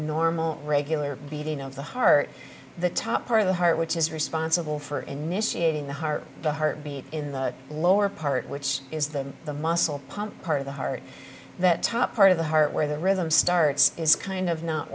normal regular beating of the heart the top part of the heart which is responsible for initiating the heart the heart beat in the lower part which is that the muscle pump part of the heart that top part of the heart where the rhythm starts is kind of not